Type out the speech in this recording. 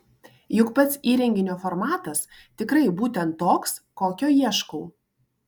juk pats įrenginio formatas tikrai būtent toks kokio ieškau